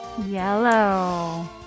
Yellow